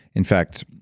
in fact,